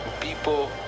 People